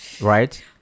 right